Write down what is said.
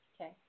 Okay